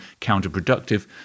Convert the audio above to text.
counterproductive